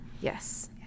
Yes